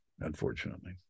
unfortunately